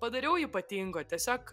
padariau ypatingo tiesiog